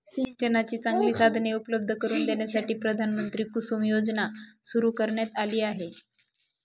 सिंचनाची चांगली साधने उपलब्ध करून देण्यासाठी प्रधानमंत्री कुसुम योजना सुरू करण्यात आली